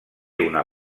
una